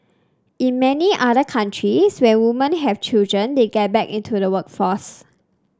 in many other countries when woman have children they get back into the workforce